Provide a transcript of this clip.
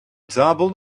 toppled